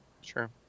sure